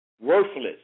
worthless